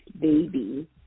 baby